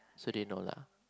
so they know lah